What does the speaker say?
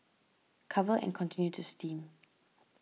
cover and continue to steam